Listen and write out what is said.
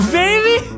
baby